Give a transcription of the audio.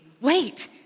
wait